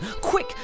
Quick